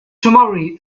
tomorrow